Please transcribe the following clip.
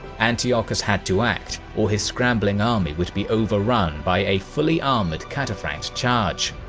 antiochus had to act, or his scrambling army would be overrun by a fully armoured cataphract charge.